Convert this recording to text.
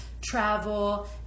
travel